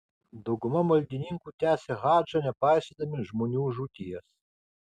dauguma maldininkų tęsė hadžą nepaisydami žmonių žūties